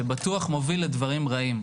שבטוח מוביל לדברים רעים.